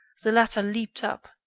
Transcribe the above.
the latter leaped up,